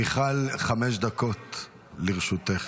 מיכל, חמש דקות לרשותך.